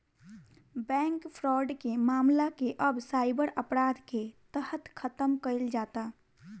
bank fraud के मामला के अब साइबर अपराध के तहत खतम कईल जाता